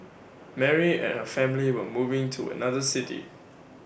Mary and her family were moving to another city